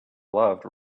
love